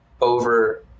over